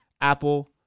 Apple